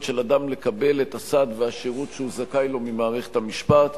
של אדם לקבל את הסעד והשירות שהוא זכאי לו ממערכת המשפט.